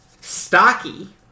Stocky